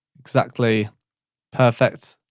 exactly perfect.